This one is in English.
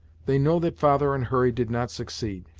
they know that father and hurry did not succeed,